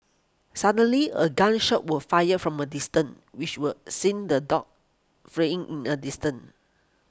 suddenly a gun shot were fired from a distance which were sent the dogs fleeing in an distant